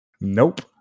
Nope